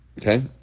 Okay